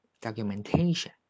Documentation